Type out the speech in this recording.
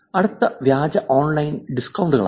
അടുത്തത് വ്യാജ ഓൺലൈൻ ഡിസ്കൌണ്ടുകളാണ്